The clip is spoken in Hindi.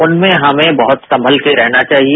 उनमें हमें बहत ही संभल कर रहना चाहिए